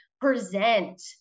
present